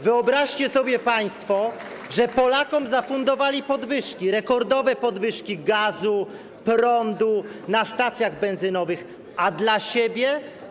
Wyobraźcie sobie państwo, że Polakom zafundowali podwyżki - rekordowe podwyżki gazu, prądu, na stacjach benzynowych - a sobie?